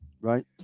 Right